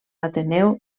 ateneu